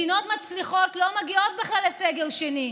מדינות מצליחות לא מגיעות בכלל לסגר שני,